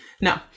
No